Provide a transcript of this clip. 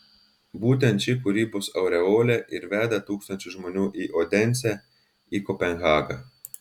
būtent ši kūrybos aureolė ir veda tūkstančius žmonių į odensę į kopenhagą